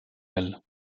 elle